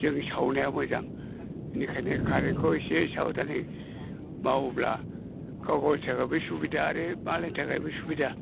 जों सावनाया मोजां बेखायनो कारेन्टखौ एसे साबदानै मावोब्ला गावगावनि थाखाय बे सुबिदा आरो मालायनि थाखायबो सुबिदा